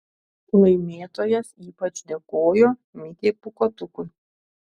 laimėtojas ypač dėkojo mikei pūkuotukui